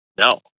No